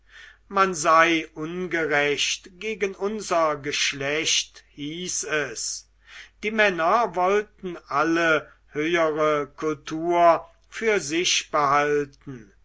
man sei ungerecht gegen unser geschlecht hieß es die männer wollten alle höhere kultur für sich behalten